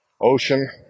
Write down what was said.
ocean